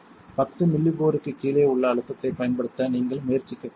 10 மில்லிபோருக்குக் கீழே உள்ள அழுத்தத்தைப் பயன்படுத்த நீங்கள் முயற்சிக்கக் கூடாது